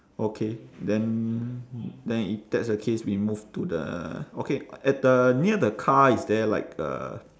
okay then then if that's the case we move to the okay at the near the car is there like a